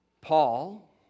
Paul